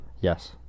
Yes